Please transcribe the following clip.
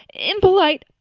impolite,